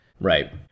right